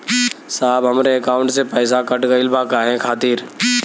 साहब हमरे एकाउंट से पैसाकट गईल बा काहे खातिर?